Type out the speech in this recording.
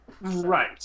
Right